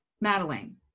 Madeline